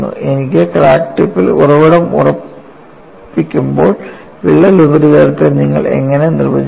എനിക്ക് ക്രാക്ക് ടിപ്പിൽ ഉറവിടം ഉറപ്പിക്കുമ്പോൾ വിള്ളൽ ഉപരിതലത്തെ നിങ്ങൾ എങ്ങനെ നിർവചിക്കും